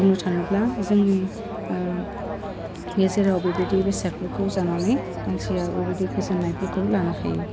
बुंनो थाङोब्ला जोंनि गेजेराव बेबायदि बेसादफोरखौ जानानै मानसिया बेबायदि गोजोन्नायफोरखौ लानो हायो